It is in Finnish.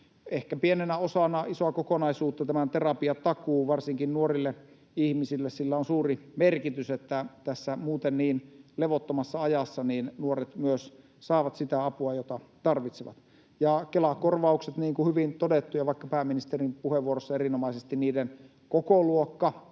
ehkä pienenä osana isoa kokonaisuutta tämän terapiatakuun. Varsinkin nuorille ihmisille sillä on suuri merkitys, että tässä muuten niin levottomassa ajassa nuoret myös saavat sitä apua, jota tarvitsevat. Ja Kela-korvaukset, niin kuin on hyvin todettu ja vaikka pääministerin puheenvuorossa erinomaisesti niiden kokoluokka